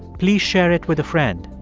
please share it with a friend.